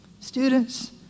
Students